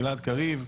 גלעד קריב,